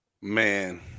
Man